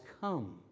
come